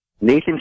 Nathan